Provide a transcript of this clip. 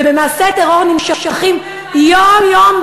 ובמעשי טרור נמשכים יום-יום,